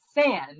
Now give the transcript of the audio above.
sand